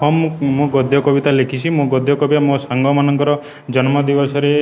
ହଁ ମୁଁ ମୁଁ ଗଦ୍ୟ କବିତା ଲେଖିଛିି ମୁଁ ଗଦ୍ୟ କବିତା ମୋ ସାଙ୍ଗମାନଙ୍କର ଜନ୍ମଦିବସରେ